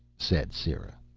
said sera.